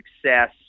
success